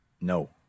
no